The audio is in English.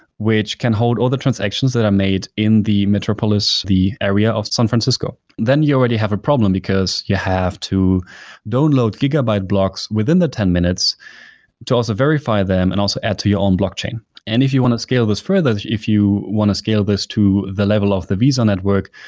which can hold all the transactions that are made in the metropolis, the area of san francisco. then you already have a problem, because you have to download gigabyte blocks within the ten minutes to also verify them and also add to your um own blockchain. and if you want to scale this further, if you want to scale this to the level of the visa network,